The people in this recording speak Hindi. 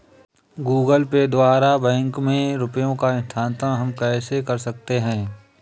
गूगल पे द्वारा बैंक में रुपयों का स्थानांतरण हम कैसे कर सकते हैं?